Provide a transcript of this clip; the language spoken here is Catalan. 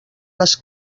les